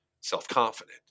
self-confident